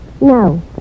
No